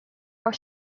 are